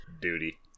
Duty